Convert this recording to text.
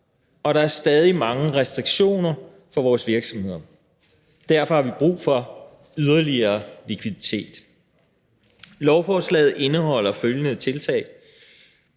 og der er stadig mange restriktioner for vores virksomheder. Derfor har vi brug for yderligere likviditet. Lovforslaget indeholder følgende tiltag: